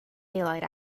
daylight